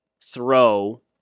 throw